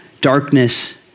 darkness